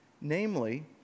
namely